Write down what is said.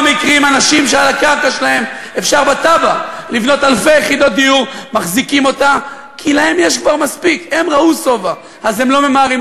התשע"ו 2016,